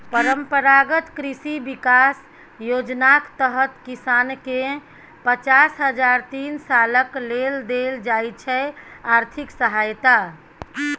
परंपरागत कृषि बिकास योजनाक तहत किसानकेँ पचास हजार तीन सालक लेल देल जाइ छै आर्थिक सहायता